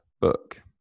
book